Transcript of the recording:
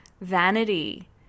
vanity